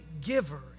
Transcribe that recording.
giver